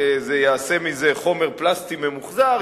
ייעשה מזה חומר פלסטי ממוחזר,